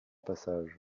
passage